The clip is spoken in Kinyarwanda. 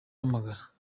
ihamagara